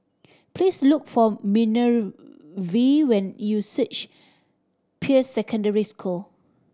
please look for Minervia when you search Peirce Secondary School